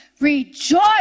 Rejoice